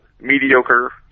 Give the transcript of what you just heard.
mediocre